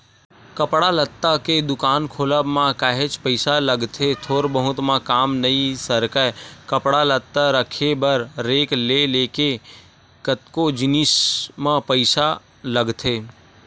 कपड़ा लत्ता के दुकान खोलब म काहेच पइसा लगथे थोर बहुत म काम नइ सरकय कपड़ा लत्ता रखे बर रेक ले लेके कतको जिनिस म पइसा लगथे